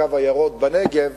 ל"קו הירוק" בנגב,